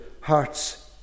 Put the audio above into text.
hearts